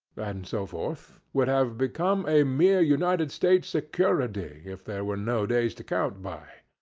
and so forth, would have become a mere united states' security if there were no days to count by.